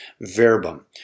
Verbum